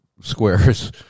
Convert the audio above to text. squares